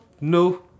no